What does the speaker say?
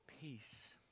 peace